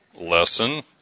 lesson